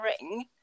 ring